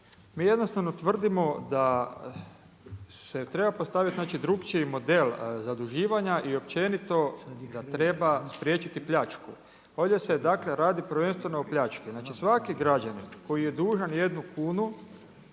Mi jednostavno tvrdimo da se treba postaviti znači drukčiji model zaduživanja i općenito treba spriječiti pljačku. Ovdje se dakle radi prvenstveno o pljački. Znači svaki građanin koji je dužan jednu kunu